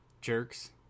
jerks